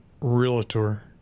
realtor